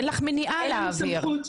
אין לך מניעה להעביר.